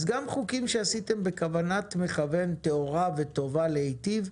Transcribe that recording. אז גם חוקים שעשיתם בכוונת מכוון טהורה וטובה להיטיב,